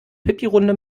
pipirunde